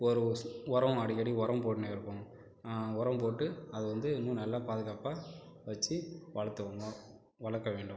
ஒருஸ் உரம் அடிக்கடி உரம் போட்டுன்னே இருப்போம் உரம் போட்டு அதை வந்து இன்னும் நல்லா பாதுகாப்பாக வச்சு வளர்த்திருந்தோம் வளர்க்க வேண்டும்